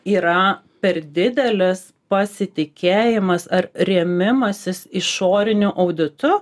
yra per didelis pasitikėjimas ar rėmimasis išoriniu auditu